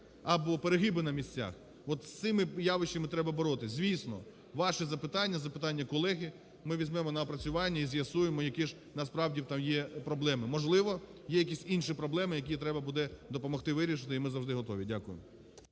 або перегиби на місцях, от з цими явищами треба боротись. Звісно, ваші запитання, запитання колеги ми візьмемо на опрацювання і з'ясуємо, які ж насправді там є проблеми. Можливо є якісь інші проблеми, які треба буде допомогти вирішити і ми завжди готові. Дякую.